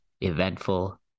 eventful